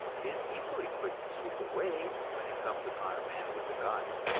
is equally quick to swoop away when it comes upon a man with a gun.